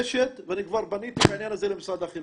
ואני כבר פניתי בעניין הזה למשרד החינוך.